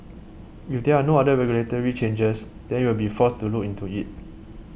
if there are no other regulatory changers then we'll be forced through into it